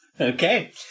Okay